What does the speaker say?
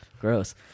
Gross